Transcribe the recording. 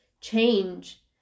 change